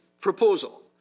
proposal